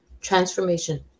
transformation